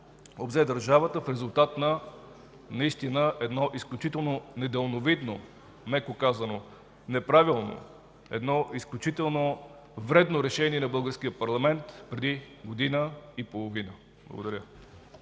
обзе държавата в резултат наистина на едно изключително недалновидно, меко казано неправилно, едно изключително вредно решение на българския парламент преди година и половина. Благодаря.